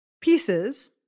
pieces